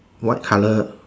white colour